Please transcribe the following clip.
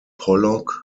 pollock